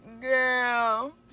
girl